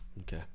okay